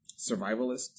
survivalist